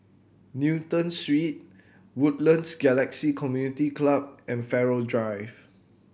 Newton Suite Woodlands Galaxy Community Club and Farrer Drive